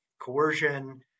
coercion